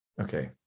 Okay